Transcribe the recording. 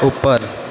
ਉੱਪਰ